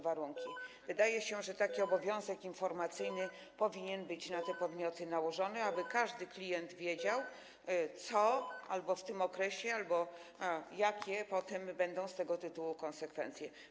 Wydaje się, że taki obowiązek informacyjny powinien być na te podmioty nałożony, aby każdy klient wiedział, co będzie w tym okresie i jakie potem będą z tego tytułu konsekwencje.